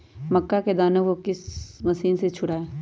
मक्का के दानो को किस मशीन से छुड़ाए?